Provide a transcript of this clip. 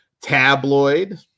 tabloid